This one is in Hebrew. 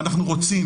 ואנחנו רוצים,